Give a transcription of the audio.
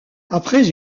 après